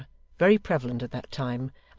very prevalent at that time,